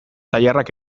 tailerrak